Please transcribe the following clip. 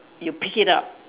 you pick it up